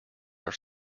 are